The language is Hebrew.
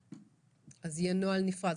אז יהיה נוהל נפרד.